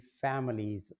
families